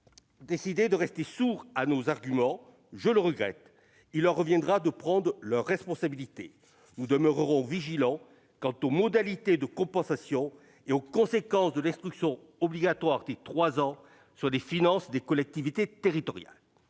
sont restés sourds à nos arguments, je le regrette. Il leur reviendra de prendre leurs responsabilités. Pour notre part, nous demeurerons vigilants quant aux modalités de compensation et aux conséquences de l'instruction obligatoire dès 3 ans sur les finances des collectivités territoriales.